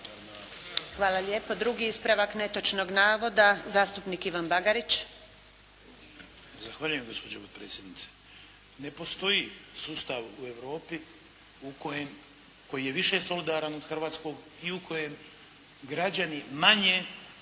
Hvala lijepo. Drugi ispravak netočnog navoda zastupnik Ivan Bagarić.